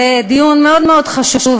זה דיון מאוד מאוד חשוב,